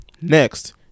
Next